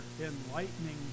enlightening